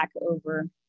over